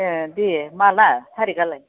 ए दे माला थारिखआलाय